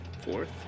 fourth